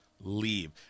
leave